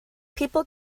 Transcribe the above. people